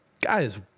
Guys